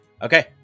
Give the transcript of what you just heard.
Okay